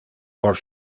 por